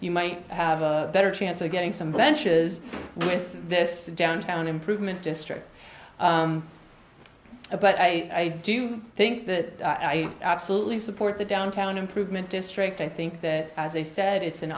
you might have a better chance of getting some benches with this downtown improvement district but i do think that i absolutely support the downtown improvement district i think that as they said it's an